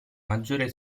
maggiore